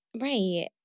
right